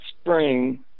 spring